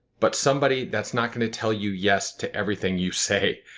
but somebody that's not going to tell you yes to everything you say.